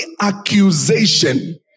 accusation